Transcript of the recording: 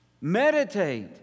Meditate